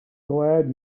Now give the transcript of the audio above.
glad